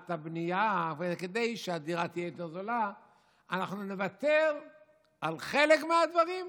הבנייה וכדי שהדירה תהיה יותר זולה נוותר על חלק מהדברים?